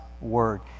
Word